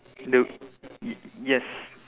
the y~ yes